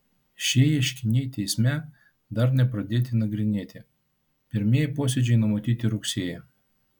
šie ieškiniai teisme dar nepradėti nagrinėti pirmieji posėdžiai numatyti rugsėjį